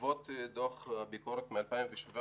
בעקבות דוח הביקורת מ-2017,